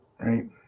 right